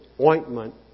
ointment